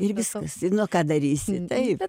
ir visoks ir nu ką darysi taip